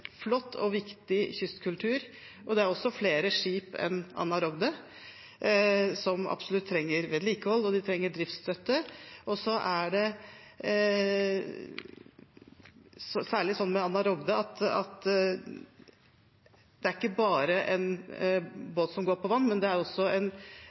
flott og viktig kystkultur, og det er også flere skip enn «Anna Rogde» som absolutt trenger vedlikehold, og som trenger driftsstøtte. Med «Anna Rogde» er det særlig at det ikke bare er en båt som går på vann, men at det også er